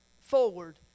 forward